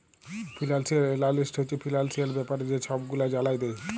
financial analyst হছে financial ব্যাপারে যে ছব গুলা জালায় দেই